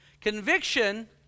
Conviction